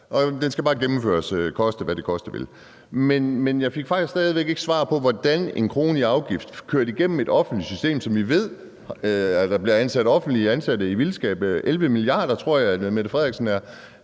og den skal bare gennemføres koste, hvad det koste vil. Men jeg fik stadig væk ikke svar på, hvordan 1 kr. i afgift kørt igennem et DJØF-lag i et offentligt system, hvor vi ved der bliver ansat offentligt ansatte i vildskab – 11 mia. kr. tror jeg statsministeren har